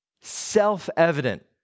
self-evident